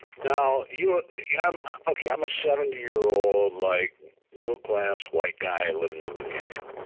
now, you know um okay, i'm a seventy year old like middle-class white guy living in new hampshire.